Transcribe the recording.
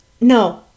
No